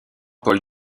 paul